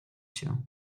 się